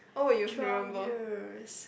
twelve years